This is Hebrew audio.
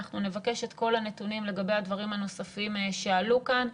אנחנו נבקש את כל הנתונים לגבי הדברים הנוספים שעלו כאן.